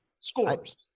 Scores